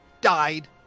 died